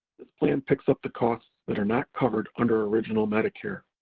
this plan picks up the costs that are not covered under original medicare,